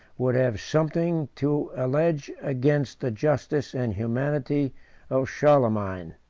would have something to allege against the justice and humanity of charlemagne.